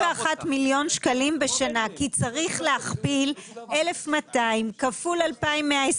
מיליון שקלים בשנה כי צריך להכפיל 1,200 כפול 2,120,